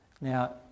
Now